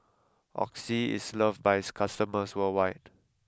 Oxy is loved by its customers worldwide